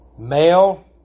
Male